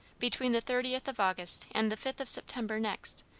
between the thirtieth of august and the fifth of september next,